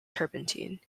turpentine